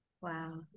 Wow